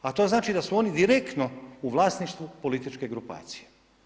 A to znači da su oni direktno u vlasništvu političke grupacije.